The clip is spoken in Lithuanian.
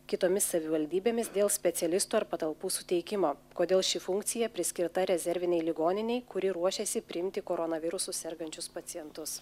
kitomis savivaldybėmis dėl specialistų ar patalpų suteikimo kodėl ši funkcija priskirta rezervinei ligoninei kuri ruošiasi priimti koronavirusu sergančius pacientus